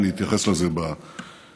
אני אתייחס לזה בישיבה,